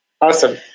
Awesome